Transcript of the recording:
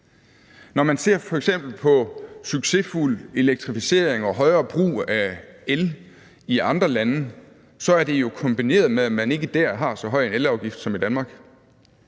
Når man f.eks. ser på succesfuld elektrificering og højere brug af el i andre lande, er det jo kombineret med, at man ikke der har så høj en elafgift som i Danmark.